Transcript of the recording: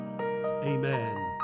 amen